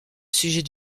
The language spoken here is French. sujet